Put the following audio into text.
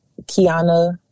Kiana